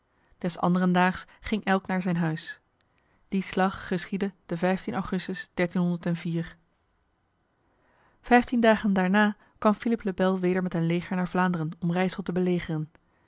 des anderdaags ging elk naar zijn huis die slag geschiedde de augustus vijftien dagen daarna kwam philippe le bel weder met een leger naar vlaanderen om rijsel te belegeren